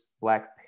black